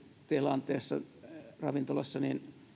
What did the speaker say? tilanteessa ravintolassa